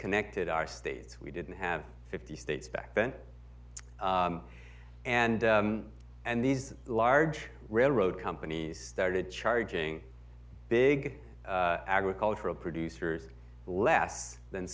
connected our states we didn't have fifty states back then and and these large railroad companies started charging big agricultural producers less than